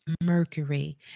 Mercury